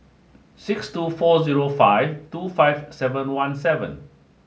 six two four zero five two five seven one seven